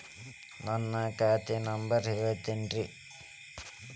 ನನ್ನ ಖಾತಾ ನಂಬರ್ ಹೇಳ್ತಿರೇನ್ರಿ?